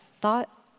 thought